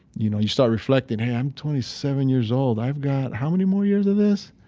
you know you start reflecting, hey, i'm twenty seven years old, i've got how many more years of this?